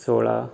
सोळा